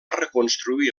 reconstruir